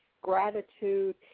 gratitude